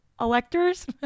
electors